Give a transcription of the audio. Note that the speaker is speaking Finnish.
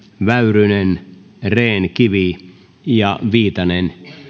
väyrynen rehn kivi ja viitanen